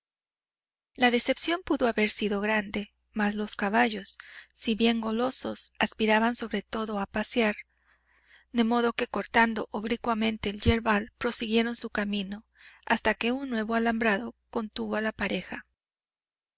la decepción pudo haber sido grande mas los caballos si bien golosos aspiraban sobre todo a pasear de modo que cortando oblicuamente el yerbal prosiguieron su camino hasta que un nuevo alambrado contuvo a la pareja